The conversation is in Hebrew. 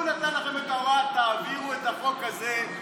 הוא נתן לכם את ההוראה: תעבירו את החוק הזה,